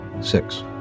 Six